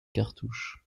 cartouches